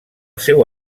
seu